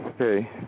Okay